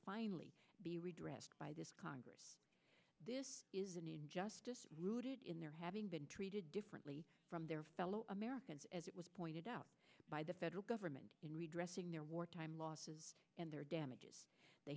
finally be redressed by this congress this is an injustice rooted in their having been treated differently from their fellow americans as it was pointed out by the federal government in redressing their wartime losses and their damages the